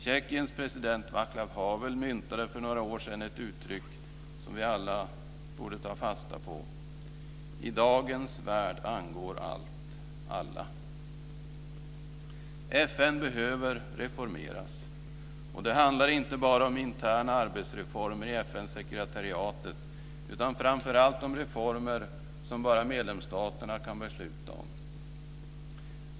Tjeckiens president Václav Havel myntade för några år sedan ett uttryck som vi alla borde ta fasta på, nämligen: I dagens värld angår allt alla. FN behöver reformeras. Det handlar inte bara om interna arbetsformer i FN-sekretariatet, utan framför allt om reformer som bara medlemsstaterna kan besluta om.